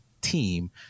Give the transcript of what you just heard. team